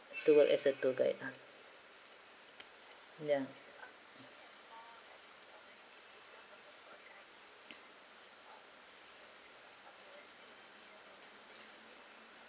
to work as a tour guide ah ya